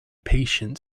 patient